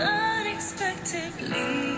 unexpectedly